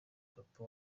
papa